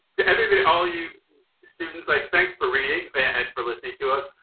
to everybody all you students like thanks for reading and for listening to us.